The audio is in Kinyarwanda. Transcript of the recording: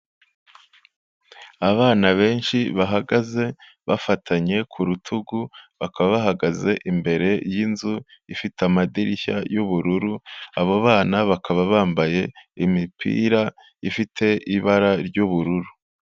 Abana benshi bahagaze bafatanye ku rutugu, bakaba bahagaze imbere y'inzu ifite amadirishya y'ubururu, abo bana bakaba bambaye imipira ifite ibara ry'ubururu.